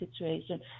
situation